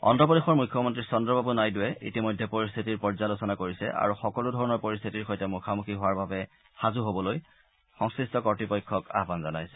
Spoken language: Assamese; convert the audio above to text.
অন্ধ্ৰপ্ৰদেশৰ মুখ্যমন্ত্ৰী চন্দ্ৰবাবু নাইডুৱে ইতিমধ্যে পৰিস্থিতিৰ পৰ্যালোচনা কৰিছে আৰু সকলো ধৰণৰ পৰিস্থিতিৰ সৈতে মুখামুখি হোৱাৰ বাবে সাজু হ'বলৈ সংশ্লিষ্ট কৰ্ত্তপক্ষক আহ্বান জনাইছে